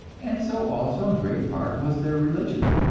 and so also, in great part, was their religion.